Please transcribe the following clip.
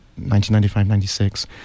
1995-96